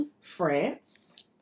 France